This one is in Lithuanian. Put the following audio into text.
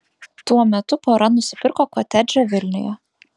tuo metu pora nusipirko kotedžą vilniuje